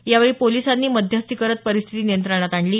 यावेळी पोलिसांनी मध्यस्थी करत परिस्थिती नियंत्रणात आणली